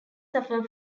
suffer